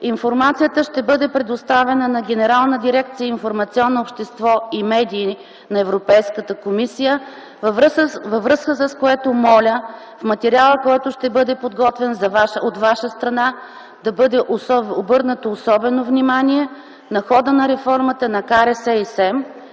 Информацията ще бъде предоставена на Генерална дирекция „Информационно общество и медии” на Европейската комисия, във връзка с което моля в материала, който ще бъде подготвен от ваша страна, да бъде обърнато особено внимание на хода на реформата на КРС